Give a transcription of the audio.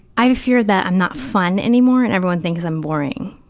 i have a fear that i'm not fun anymore and everyone thinks i'm boring,